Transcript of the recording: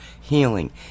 healing